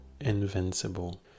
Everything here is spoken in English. Invincible